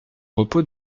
repos